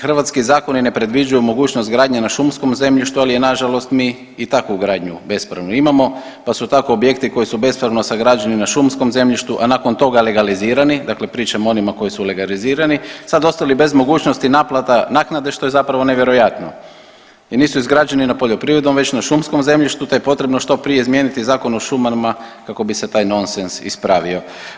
Hrvatski zakoni ne predviđaju mogućnost gradnje na šumskom zemljištu, ali nažalost mi i takvu gradnju bespravnu imamo pa su tako objekti koji su bespravno sagrađeni na šumskom zemljištu, a nakon toga legalizirani, dakle pričam o onima koji su legalizirani sad ostali bez mogućnosti naplata naknade što je zapravo nevjerojatno i nisu izgrađeni na poljoprivrednom već na šumskom zemljištu te je potrebno što prije izmijeniti Zakon o šumama kako bi se taj nonsens ispravio.